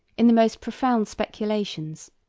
in the most profound speculations,